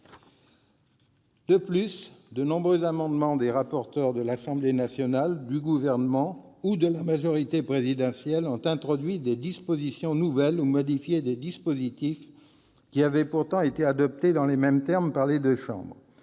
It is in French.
De plus, de nombreux amendements des rapporteurs de l'Assemblée nationale, du Gouvernement ou de la majorité présidentielle ont introduit des dispositions nouvelles ou modifié des dispositifs pourtant adoptés dans les mêmes termes par les deux chambres.